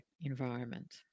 environment